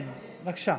כן, בבקשה.